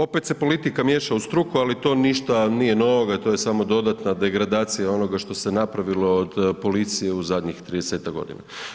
Opet se politika miješa u struku, ali to ništa nije novoga, to je samo dodatna degradacija onoga što se napravilo od policije u zadnjih 30-tak godina.